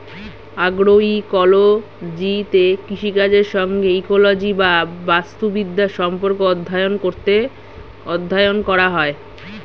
অ্যাগ্রোইকোলজিতে কৃষিকাজের সঙ্গে ইকোলজি বা বাস্তুবিদ্যার সম্পর্ক অধ্যয়ন করা হয়